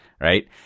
right